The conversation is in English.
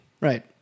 right